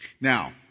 Now